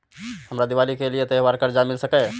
हमरा दिवाली के लिये त्योहार कर्जा मिल सकय?